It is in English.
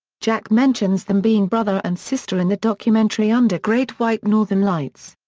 jack mentions them being brother and sister in the documentary under great white northern lights.